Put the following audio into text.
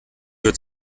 wird